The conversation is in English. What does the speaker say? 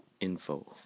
info